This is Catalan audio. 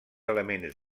elements